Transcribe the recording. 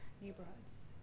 neighborhoods